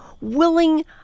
willing